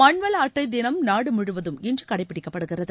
மண்வளஅட்டைதினம் நாடுமுழுவதும் இன்றுகடைப்பிடிக்கப்படுகிறது